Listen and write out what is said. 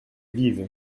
vive